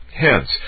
Hence